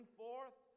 forth